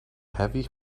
heavy